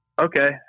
Okay